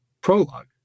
prologue